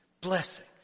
Blessing